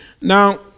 Now